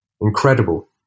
Incredible